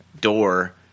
door